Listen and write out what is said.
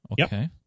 Okay